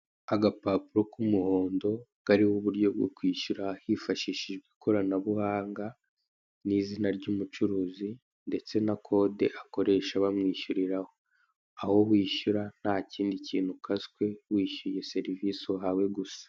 Agapapuro k'umuhondo kariho uburyo bwo kwishyura hifashishijwe ikoranabuhanga, n'izina ry'umucuruzi ndetse na kode bakoresha bamwishyuriraho. Aho wishyura nta kindi kintu ukaswe, wishyuye serivisi uhawe gusa.